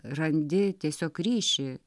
randi tiesiog ryšį